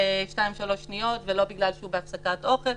שתיים-שלוש שניות ולא בגלל שהוא בהפסקת אוכל,